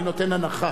אני נותן הנחה.